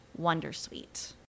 wondersuite